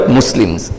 muslims